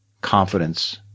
confidence